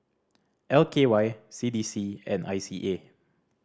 L K Y C D C and I C A